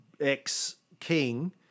ex-king